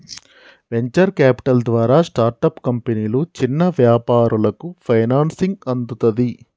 venture capital ద్వారా startup కంపెనీలు, చిన్న వ్యాపారాలకు ఫైనాన్సింగ్ అందుతది